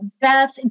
Beth